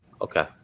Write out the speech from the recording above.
Okay